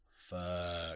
fuck